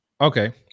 okay